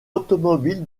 automobile